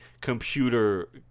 computer